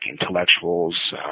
intellectuals